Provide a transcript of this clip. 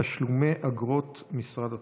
תשלומי אגרות משרד התחבורה.